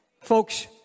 Folks